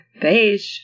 beige